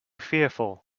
fearful